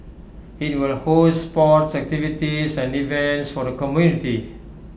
IT will host sports activities and events for the community